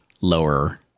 lower